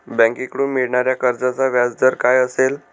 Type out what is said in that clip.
बँकेकडून मिळणाऱ्या कर्जाचा व्याजदर काय असेल?